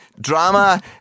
drama